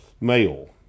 male